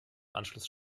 anschluss